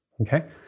Okay